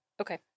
Okay